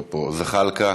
לא פה, זחאלקה,